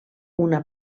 una